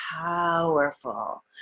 powerful